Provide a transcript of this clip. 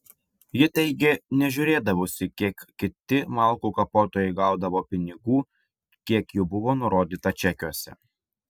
ji teigė nežiūrėdavusi kiek kiti malkų kapotojai gaudavo pinigų kiek jų buvo nurodyta čekiuose